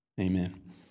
amen